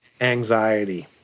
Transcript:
anxiety